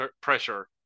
pressure